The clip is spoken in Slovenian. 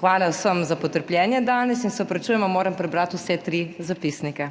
Hvala vsem za potrpljenje danes in se opravičujem, a moram prebrati vse tri zapisnike.